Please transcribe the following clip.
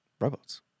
Robots